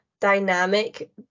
dynamic